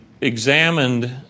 examined